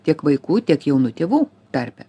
tiek vaikų tiek jaunų tėvų tarpe